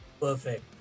Perfect